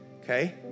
Okay